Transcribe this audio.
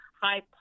high